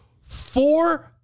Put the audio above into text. four